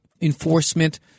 enforcement